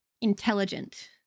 intelligent